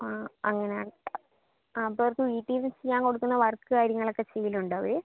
ആ അങ്ങനെ ആ അപ്പം അവർക്ക് വീട്ടിൽ നിന്ന് ചെയ്യാൻ കൊടുക്കുന്ന വർക്ക് കാര്യങ്ങളൊക്കെ ചെയ്യലുണ്ടോ അവർ